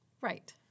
Right